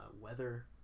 weather